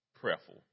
prayerful